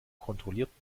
kontrollierten